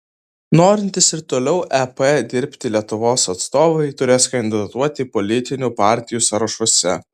norintys ir toliau ep dirbti lietuvos atstovai turės kandidatuoti politinių partijų sąrašuose